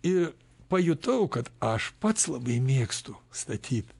ir pajutau kad aš pats labai mėgstu statyt